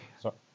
Sorry